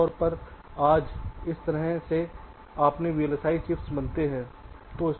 आमतौर पर आज इस तरह से अपने वीएलएसआई चिप्स बनाते हैं